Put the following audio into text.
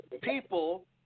people